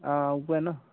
हां उ'ऐ ना